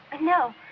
No